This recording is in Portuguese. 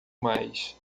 mais